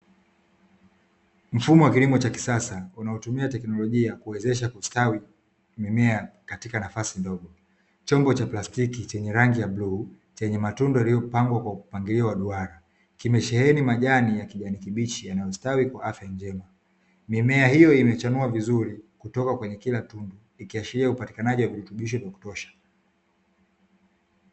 Mfumo wa kilimo cha kisasa, unaotumia teknolojia kuwezesha kustawi mimea katika nafasi ndogo, chombo cha plastiki chenye rangi ya bluu chenye matundu yaliyo pangwa kwa mpangilio wa duara, kimesheheni majani ya kijani kibishi yanayo stawi kwa afya njema. Mimea hiyo ime chanua vizuri kutoka kwenye kila tundu ikiashiria upatikanaji wa virutubisho vya kutosha.